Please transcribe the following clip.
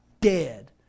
dead